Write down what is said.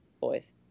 boys